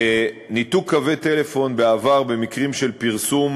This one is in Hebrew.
ניתוק קווי טלפון בעבר, במקרים של פרסום